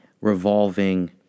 revolving